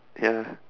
ya